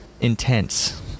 intense